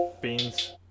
Beans